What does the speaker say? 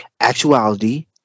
actuality